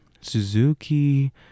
Suzuki